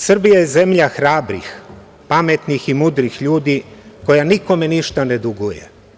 Srbija je zemlja hrabrih, pametnih i mudrih ljudi koja nikome ništa ne duguje.